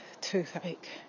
toothache